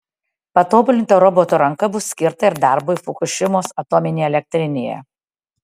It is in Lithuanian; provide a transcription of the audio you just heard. patobulinta roboto ranka bus skirta ir darbui fukušimos atominėje elektrinėje